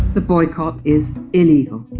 the boycott is illegal.